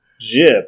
Jip